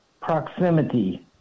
proximity